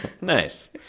Nice